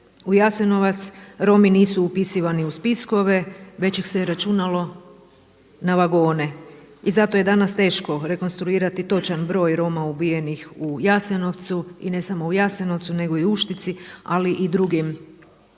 u Jasenovac Romi nisu upisivani u spiskove već ih se računalo na vagone. I zato je danas teško rekonstruirati točan broj Roma ubijenih u Jasenovcu i ne samo u Jasenovcu, nego i Uštici, ali i drugim